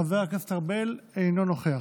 חבר הכנסת ארבל, אינו נוכח.